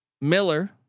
Miller